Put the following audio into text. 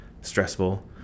stressful